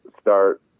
start